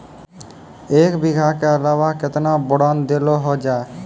एक बीघा के अलावा केतना बोरान देलो हो जाए?